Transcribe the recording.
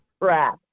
Crap